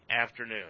afternoon